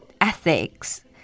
ethics